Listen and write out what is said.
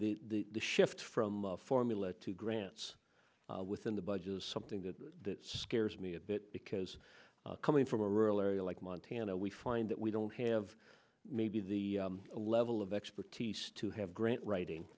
particularly the shift from formula to grants within the budget is something that that scares me a bit because coming from a rural area like montana we find that we don't have maybe the level of expertise to have grant writing